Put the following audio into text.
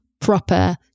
proper